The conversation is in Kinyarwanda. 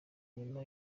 inyuma